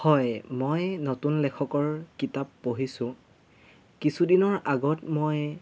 হয় মই নতুন লেখকৰ কিতাপ পঢ়িছোঁ কিছুদিনৰ আগত মই